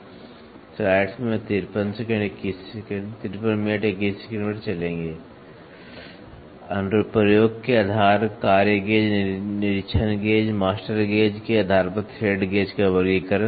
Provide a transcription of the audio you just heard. अनुप्रयोग के प्रकार कार्य गेज निरीक्षण गेज मास्टर गेज के आधार पर थ्रेड गेज का वर्गीकरण